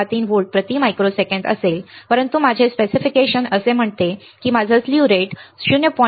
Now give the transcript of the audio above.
63 volt प्रति microsecond असेल परंतु माझे स्पेसिफिकेशन असे म्हणते की माझा स्लीव्ह रेट 0